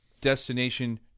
destination